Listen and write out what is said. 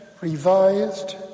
revised